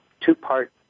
two-part